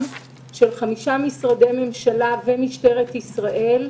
של חמישה משרדי ממשלה ומשטרת ישראל.